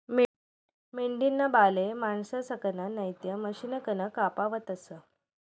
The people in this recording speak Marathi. मेंढीना बाले माणसंसकन नैते मशिनकन कापावतस